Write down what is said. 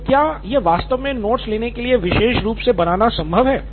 तो क्या यह वास्तव में नोट्स लेने के लिए विशेष रूप से बनाना संभव है